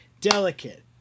Delicate